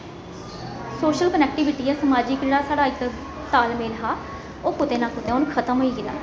social connectivity समाजक जेह्ड़ा साढ़ा इक तालमेल हा ओह् कुतै ना कुतै हून खतम होई गेदा